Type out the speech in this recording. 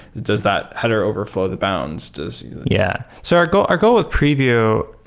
does that header overflow the bounce? does yeah. so our goal our goal of preview,